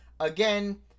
again